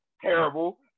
terrible